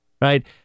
right